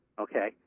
Okay